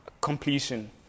completion